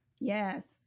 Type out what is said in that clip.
yes